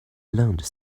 learned